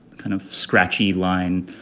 kind of scratchy line.